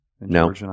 No